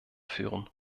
führen